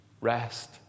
rest